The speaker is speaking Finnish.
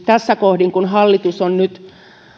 tässä kohdin kun hallitus on nyt